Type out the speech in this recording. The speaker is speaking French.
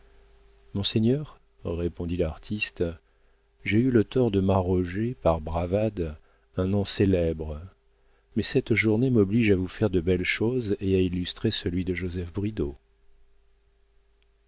monseigneur répondit l'artiste j'ai eu le tort de m'arroger par bravade un nom célèbre mais cette journée m'oblige à vous faire de belles choses et à illustrer celui de joseph